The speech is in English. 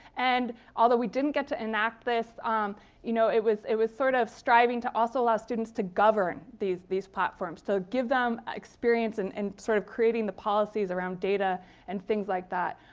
and although we didn't get to enact this you know, it was it was sort of striving to also allow students to govern these these platforms. to give them experience in and sort of creating the policies around data and things like that.